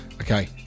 Okay